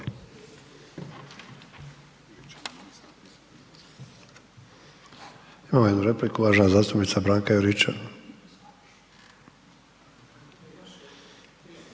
Imamo jednu repliku, uvažena zastupnica Branka Juričev.